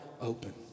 open